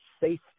safety